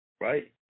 Right